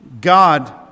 God